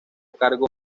cargo